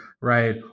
Right